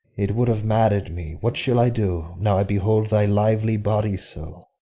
it would have madded me what shall i do now i behold thy lively body so?